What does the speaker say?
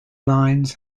lines